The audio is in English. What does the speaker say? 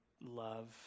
love